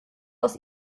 aus